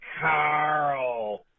Carl